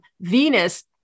venus